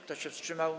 Kto się wstrzymał?